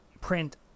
print